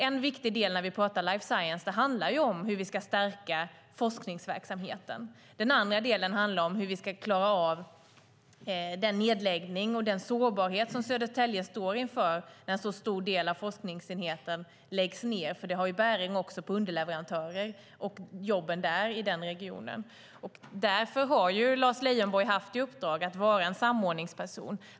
En viktig del när vi pratar om life science handlar om hur vi ska stärka forskningsverksamheten. Den andra delen handlar om hur vi ska klara av den nedläggning och den sårbarhet Södertälje står inför när en så stor del av forskningsenheten läggs ned. Det har nämligen bäring även på underleverantörer och jobben i denna region. Därför har Lars Leijonborg haft i uppdrag att vara en samordningsperson.